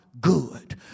good